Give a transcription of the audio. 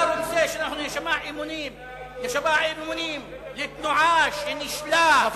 אתה רוצה שאנחנו נישבע אמונים לתנועה שנישלה את העם,